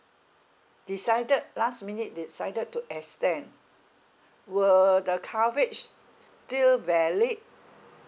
decided last minute decided to extend will the coverage s~ still valid